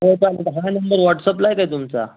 हो चालेल हा नंबर वॉट्सअपला आहे काय तुमचा